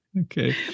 Okay